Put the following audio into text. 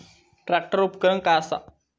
Tractor उपकरण काय असा?